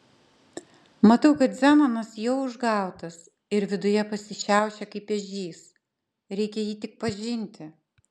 matau kad zenonas jau užgautas ir viduje pasišiaušė kaip ežys reikia jį tik pažinti